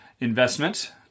investment